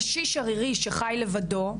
קשיש ערירי שחי לבדו,